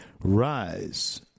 rise